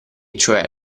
cioè